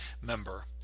member